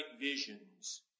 visions